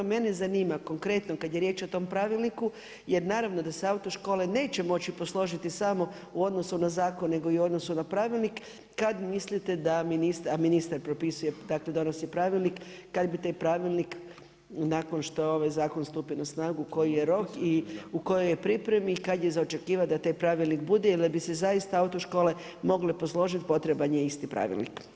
Mene zanima konkretno kad je riječ o tom pravilniku, jer naravno da se autoškole neće moći posložiti samo u odnosu na zakon nego i u odnosu na pravilnik, kad mislite da ministar, a ministar donosi pravilnik, kad bi taj pravilnik nakon što ovaj zakon stupi na snagu koji je rok i u kojoj je pripremi i kad je za očekivati da taj pravilnik bude jer da bi se zaista autoškole mogle posložiti, potreban je isti pravilnik.